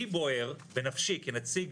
לי בוער בנפשי כנציג